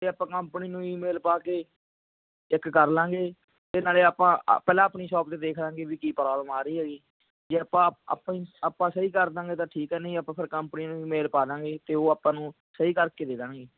ਅਤੇ ਆਪਾਂ ਕੰਪਨੀ ਨੂੰ ਈਮੇਲ ਪਾ ਕੇ ਚੈੱਕ ਕਰ ਲਵਾਂਗੇ ਅਤੇ ਨਾਲੇ ਆਪਾਂ ਪਹਿਲਾਂ ਆਪਣੀ ਸ਼ੋਪ 'ਤੇ ਦੇਖ ਲਵਾਂਗੇ ਵੀ ਕੀ ਪ੍ਰੋਬਲਮ ਆ ਰਹੀ ਹੈਗੀ ਜੇ ਆਪਾਂ ਆਪਾਂ ਸਹੀ ਕਰ ਦੇਵਾਂਗੇ ਤਾਂ ਠੀਕ ਹੈ ਨਹੀਂ ਆਪਾਂ ਫੇਰ ਕੰਪਨੀਆਂ ਵੀ ਮੇਲ ਪਾ ਦੇਵਾਂਗੇ ਅਤੇ ਉਹ ਆਪਾਂ ਨੂੰ ਸਹੀ ਕਰਕੇ ਦੇ ਦੇਣਗੇ